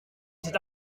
cet